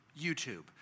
YouTube